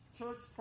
church